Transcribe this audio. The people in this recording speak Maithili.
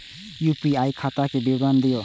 यू.पी.आई खाता के विवरण दिअ?